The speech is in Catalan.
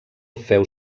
féu